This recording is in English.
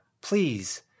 Please—